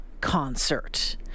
concert